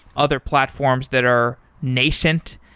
other platforms that are nascent.